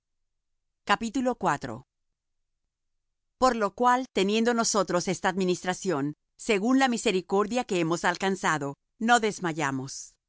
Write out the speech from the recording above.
del señor por lo cual teniendo nosotros esta administración según la misericordia que hemos alcanzado no desmayamos